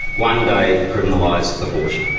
one day criminalise abortion.